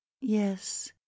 Yes